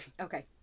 Okay